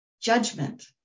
Judgment